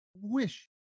wish